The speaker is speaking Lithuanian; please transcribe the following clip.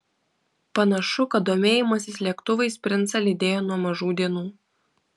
panašu kad domėjimasis lėktuvais princą lydėjo nuo mažų dienų